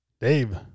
Dave